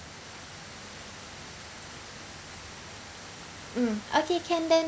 mm okay can then